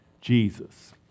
Jesus